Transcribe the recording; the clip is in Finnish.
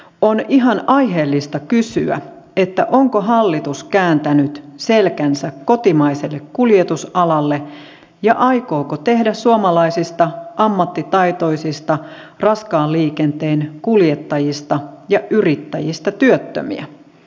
on ihan aiheellista kysyä onko hallitus kääntänyt selkänsä kotimaiselle kuljetusalalle ja aikooko tehdä suomalaisista ammattitaitoisista raskaan liikenteen kuljettajista ja yrittäjistä työttömiä